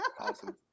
Awesome